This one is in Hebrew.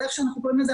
כמו שאנחנו קוראים לזה,